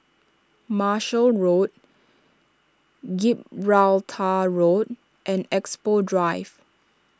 Marshall Road Gibraltar Road and Expo Drive